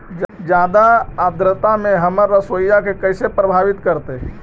जादा आद्रता में हमर सरसोईय के कैसे प्रभावित करतई?